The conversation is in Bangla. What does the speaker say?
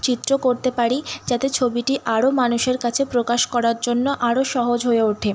চিত্র করতে পারি যাতে ছবিটি আরো মানুষের কাছে প্রকাশ করার জন্য আরও সহজ হয়ে ওঠে